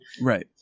Right